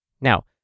Now